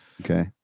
okay